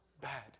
bad